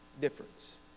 difference